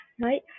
right